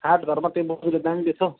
हाटघरमा त्यो बोजूले दामी बेच्छ हौ